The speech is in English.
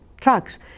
trucks